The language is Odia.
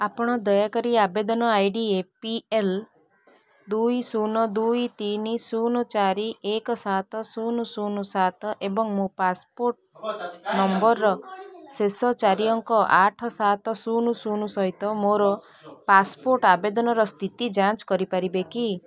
ଆପଣ ଦୟାକରି ଆବେଦନ ଆଇ ଡ଼ି ଏପିଏଲ୍ ଦୁଇ ଶୂନ ଦୁଇ ତିନି ଶୂନ ଚରି ଏକ ସାତ ଶୂନ ଶୂନ ସାତ ଏବଂ ମୋ ପାସପୋର୍ଟ ନମ୍ବରର ଶେଷ ଚାରି ଅଙ୍କ ଆଠ ସାତ ଶୂନ ଶୂନ ସହିତ ମୋର ପାସପୋର୍ଟ ଆବେଦନର ସ୍ଥିତି ଯାଞ୍ଚ କରିପାରିବେ କି